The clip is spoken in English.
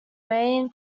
main